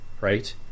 right